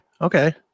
Okay